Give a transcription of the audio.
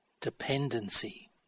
dependency